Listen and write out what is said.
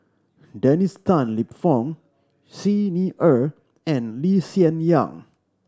Dennis Tan Lip Fong Xi Ni Er and Lee Hsien Yang